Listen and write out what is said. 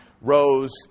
rose